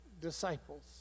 disciples